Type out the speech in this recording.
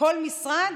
לכל משרד